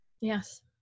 yes